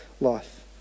life